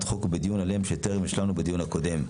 החוק ובדיון עליהם שטרם השלמנו בדיון הקודם.